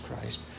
Christ